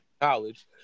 College